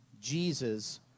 Jesus